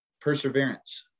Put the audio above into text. perseverance